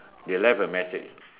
they left a message